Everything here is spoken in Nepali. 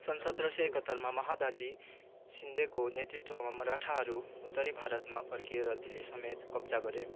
सन् सत्र सय एकहत्तरमा महादाजी शिन्देको नेतृत्वमा मराठाहरू उत्तरी भारतमा फर्किएर दिल्ली समेत कब्जा गऱ्यो